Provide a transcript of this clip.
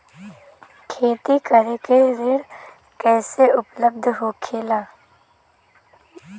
खेती करे के ऋण कैसे उपलब्ध होखेला?